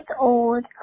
old